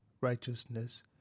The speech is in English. righteousness